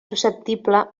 susceptible